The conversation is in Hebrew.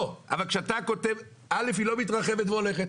ראשית, היא לא מתרחבת והולכת,